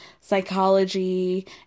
psychology